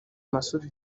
masudi